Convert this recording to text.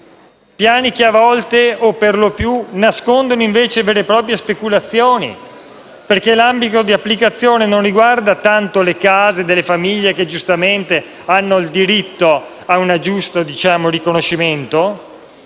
piani che a volte, o perlopiù, nascondono invece vere e proprie speculazioni, perché l'ambito di applicazione non riguarda tanto le case delle famiglie che, giustamente, hanno il diritto a un giusto riconoscimento,